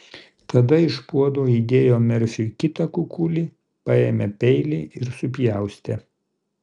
tada iš puodo įdėjo merfiui kitą kukulį paėmė peilį ir supjaustė